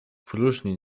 próżni